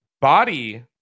body